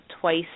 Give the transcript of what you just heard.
twice